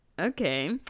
Okay